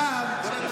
לכן,